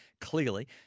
clearly